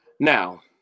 Now